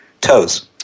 toes